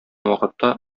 вакытта